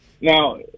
Now